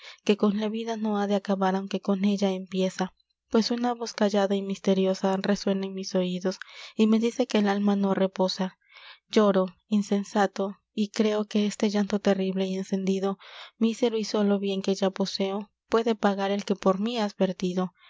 que con la vida no ha de acabar aunque con ella empieza pues una voz callada y misteriosa resuena en mis oidos y me dice que el alma no reposa lloro insensato y creo que este llanto terrible y encendido mísero y solo bien que ya poseo puede pagar el que por mí